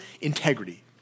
integrity